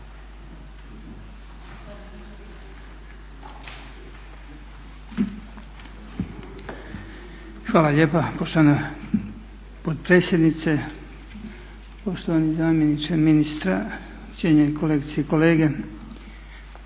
Hvala lijepa poštovana potpredsjednice, poštovani zamjeniče ministra, cijenjeni kolegice i kolege.